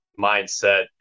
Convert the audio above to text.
mindset